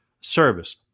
service